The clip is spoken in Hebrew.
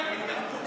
חברים זה עניין יחסי.